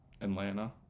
atlanta